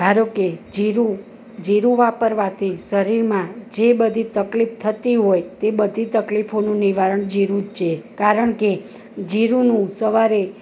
ધારો કે જીરું જીરું વાપરવાથી શરીરમાં જે બધી તકલીફ થતી હોય તે બધી તકલીફોનું નિવારણ જીરું જ છે કારણ કે જીરુંનું સવારે